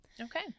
Okay